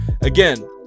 Again